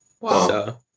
Wow